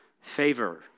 favor